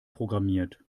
programmiert